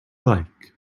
like